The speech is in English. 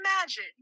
imagine